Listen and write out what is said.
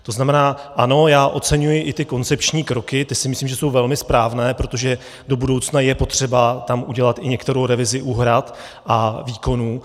To znamená ano, já oceňuji i ty koncepční kroky, ty si myslím, že jsou velmi správné, protože do budoucna je tam potřeba udělat i některou revizi úhrad a výkonů.